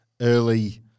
early